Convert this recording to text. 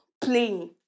playing